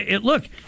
look